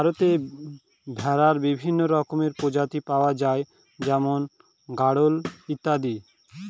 ভারতে ভেড়ার বিভিন্ন রকমের প্রজাতি পাওয়া যায় যেমন গাড়োল ইত্যাদি